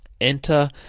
enter